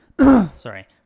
sorry